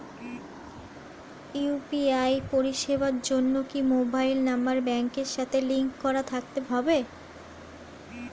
UPI পরিষেবার জন্য কি মোবাইল নাম্বার ব্যাংকের সাথে লিংক করা থাকতে হবে?